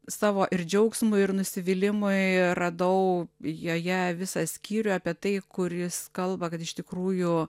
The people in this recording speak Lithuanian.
savo ir džiaugsmui ir nusivylimui radau joje visą skyrių apie tai kur jis kalba kad iš tikrųjų